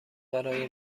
برای